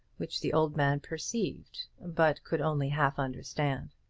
which the old man perceived, but could only half understand.